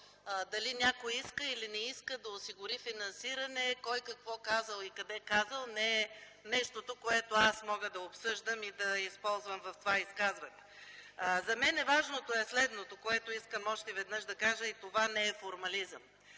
дали някой иска или не иска да осигури финансиране, кой какво казал и къде казал не е нещо, което аз мога да обсъждам и да използвам в това изказване. За мен важното е друго, което искам още веднъж да кажа и това не е формализъм.